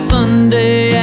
Sunday